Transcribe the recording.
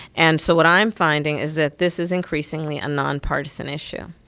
and so what i'm finding is that this is increasingly a nonpartisan issue.